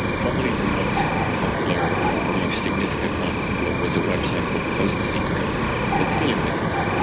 probably the most popular or or most significant one was a website called postsecret that still exists.